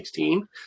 2016